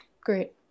great